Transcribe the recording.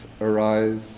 arise